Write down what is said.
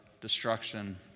destruction